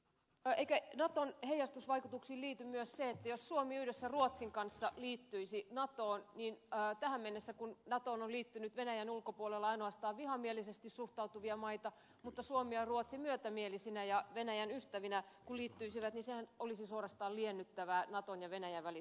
eikö naton heijastusvaikutuksiin liity myös se että jos suomi yhdessä ruotsin kanssa liittyisi natoon niin kun tähän mennessä natoon on liittynyt venäjän ulkopuolella ainoastaan vihamielisesti suhtautuvia maita mutta kun suomi ja ruotsi myötämielisinä ja venäjän ystävinä liittyisivät niin sehän olisi suorastaan liennyttävää naton ja venäjän välisille suhteille